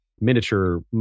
miniature